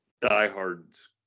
diehards